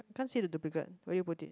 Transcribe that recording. can't see the duplicate where you put it